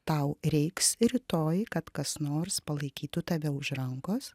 tau reiks rytoj kad kas nors palaikytų tave už rankos